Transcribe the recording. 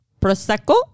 Prosecco